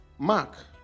Mark